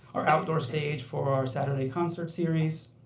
our outdoor stage for our saturday concert series.